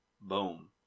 Boom